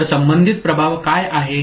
तर संबंधित प्रभाव काय आहे